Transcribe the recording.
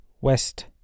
West